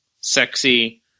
sexy